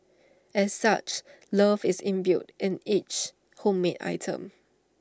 as such love is imbued in each homemade item